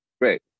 great